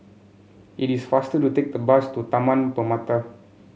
it is faster to take the bus to Taman Permata